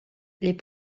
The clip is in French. les